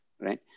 right